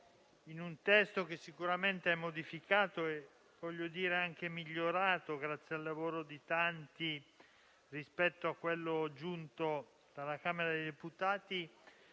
in un testo sicuramente modificato - e voglio dire anche migliorato, grazie al lavoro di tanti - rispetto a quello giunto dalla Camera dei deputati,